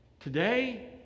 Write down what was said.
Today